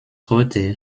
heute